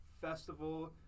festival